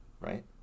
right